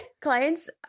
Clients